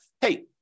hey